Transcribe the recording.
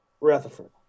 rutherford